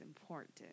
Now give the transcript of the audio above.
important